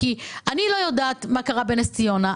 אני לא יודעת מה קרה בנס-ציונה,